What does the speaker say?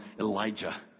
Elijah